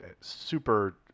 super